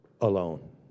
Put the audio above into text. alone